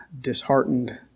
disheartened